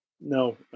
no